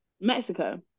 Mexico